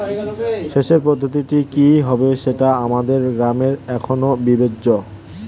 সেচের পদ্ধতিটি কি হবে সেটা আমাদের গ্রামে এখনো বিবেচ্য